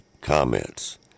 Comments